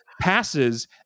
passes